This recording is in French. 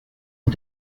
est